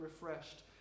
refreshed